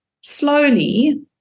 slowly